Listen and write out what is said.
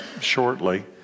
shortly